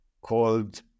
called